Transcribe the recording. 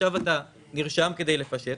עכשיו אתה נרשם כדי לפשט,